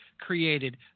Created